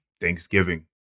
Thanksgiving